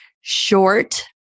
short